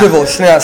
תקשיבו, שנייה.